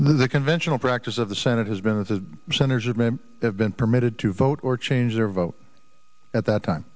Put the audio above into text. the conventional practice of the senate has been that the percentage of men have been permitted to vote or change their vote at that time